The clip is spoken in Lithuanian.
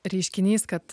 reiškinys kad